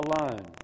alone